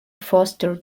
foster